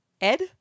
Ed